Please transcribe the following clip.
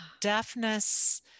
deafness